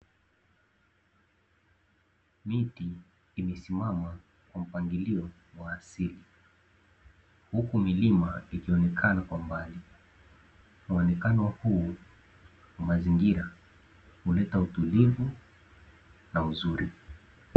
Miti imesimama kwa mpangilio wa asili, huku milima ikionekana kwa mbali, muonekano huu wa mazingira huleta utulivu na uzuri.